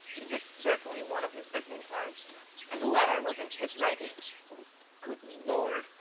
it was certainly one of his visiting-cards and the letter was in his writing good lord!